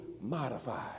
modified